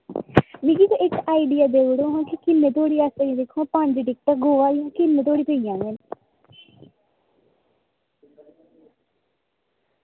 मिगी ते इक्क आइडिया देई ओड़ो आं कि इक्क किन्ने धोड़ी पंज टिकटां गोवा दियां किन्ने धोड़ी पेई जाङन